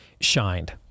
shined